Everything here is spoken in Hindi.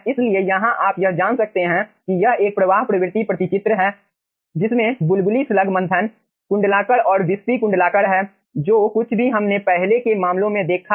इसलिए यहाँ आप यह जान सकते हैं कि यह एक प्रवाह प्रवृत्ति प्रति चित्र है जिसमें बुलबुली स्लग मंथन कुंडलाकार और विस्पी कुंडलाकार है जो कुछ भी हमने पहले के मामलों में देखा है